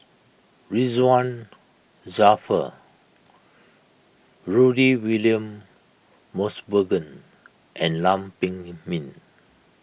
Ridzwan Dzafir Rudy William Mosbergen and Lam Pin Min